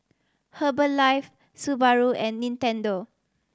Herbalife Subaru and Nintendo